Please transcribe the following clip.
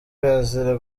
azira